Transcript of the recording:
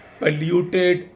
polluted